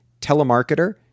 telemarketer